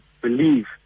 believe